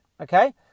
okay